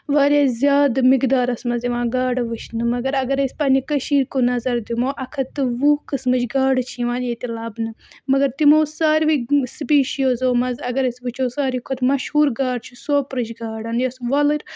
واریاہ زیادٕ مِقدارَس منٛز یِوان گاڈٕ وٕچھنہٕ مگر اگر أسۍ پنٛنہِ کٔشیٖرِ کُن نظر دِمو اَکھ ہَتھ تہٕ وُہ قٕسمٕچ گاڈٕ چھِ یِوان ییٚتہِ لَبنہٕ مگر تِمو ساروی سٕپیٖشیوزو منٛز اگر أسۍ وٕچھو ساروی کھۄتہٕ مشہوٗر گاڈ چھِ سوپرٕچ گاڈَ یۄس وۄلٕرۍ